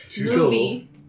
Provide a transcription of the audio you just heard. movie